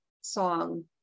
song